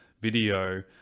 video